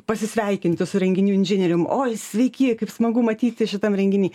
pasisveikinti su renginių inžinierium oi sveiki kaip smagu matyti šitam renginy